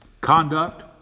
conduct